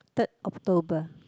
third October